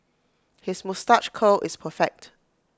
his moustache curl is perfect